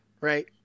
right